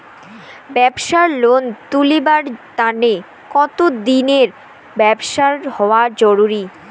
ব্যাবসার লোন তুলিবার তানে কতদিনের ব্যবসা হওয়া জরুরি?